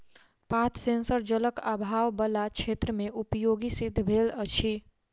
पात सेंसर जलक आभाव बला क्षेत्र मे उपयोगी सिद्ध भेल अछि